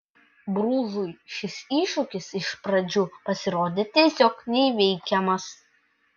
bružui šis iššūkis iš pradžių pasirodė tiesiog neįveikiamas